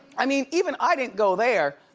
i mean, even i didn't go there,